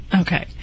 Okay